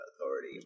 authority